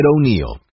O'Neill